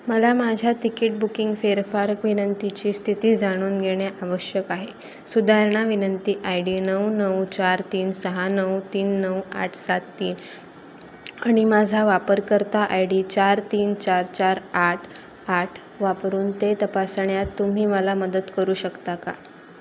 मला माझ्या ticket booking फेरफार विनंतीची स्थिती जाणून घेणे आवश्यक आहे सुधारणा विनंती आय डी नऊ नऊ चार तीन सहा नऊ तीन नऊ आठ सात तीन आणि माझा वापरकर्ता आय डी चार तीन चार चार आठ आठ वापरून ते तपासण्यात तुम्ही मला मदत करू शकता का